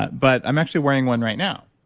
but but i'm actually wearing one right now.